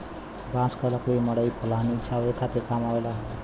बांस क लकड़ी मड़ई पलानी छावे खातिर काम आवेला